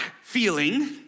feeling